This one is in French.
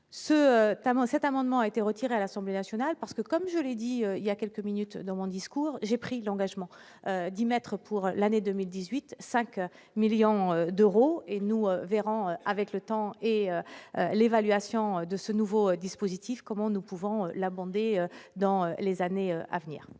cet amendement a été retiré à l'Assemblée nationale, parce que comme je l'ai dit, il y a quelques minutes, dans mon discours, j'ai pris l'engagement d'y mettre pour l'année 2018, 5 millions d'euros et nous verrons avec le temps et l'évaluation de ce nouveau dispositif, comment nous pouvons l'abonder dans les années à venir,